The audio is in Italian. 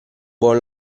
buon